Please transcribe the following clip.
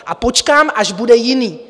A počkám, až bude jiný.